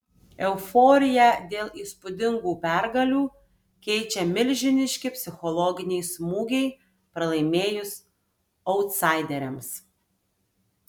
euforiją dėl įspūdingų pergalių keičia milžiniški psichologiniai smūgiai pralaimėjus autsaideriams